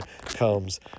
comes